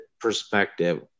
perspective